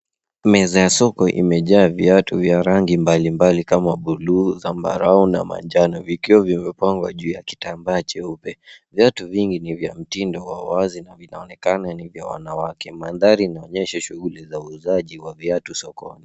Meza ya soko imejaa viatu vya rangi mbalimbali kama buluu, zambarau na manjano vikiwa vimepangwa juu ya kitambaa cheupe. Viatu vingi ni vya mtindo wa wazi na vinaonekana ni vya wanawake. Mandhari inaonyesha shughuli za uuzaji wa viatu sokoni.